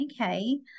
okay